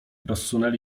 rozsunęli